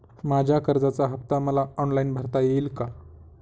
माझ्या कर्जाचा हफ्ता मला ऑनलाईन भरता येईल का?